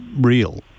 real